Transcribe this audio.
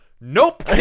nope